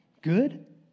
good